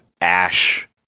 ash